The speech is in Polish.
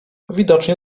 widocznie